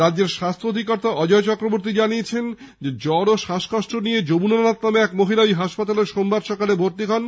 রাজ্যের স্বাস্থ্য অথিকর্তা অজয় চক্রবর্তী জানিয়েছেন জ্বর ও শ্বাসকষ্ট নিয়ে যমুনা নাথ নামে এক মহিলা ঐ হাসপাতালে সোমবার সকালে ভর্তি হন